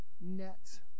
net